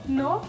no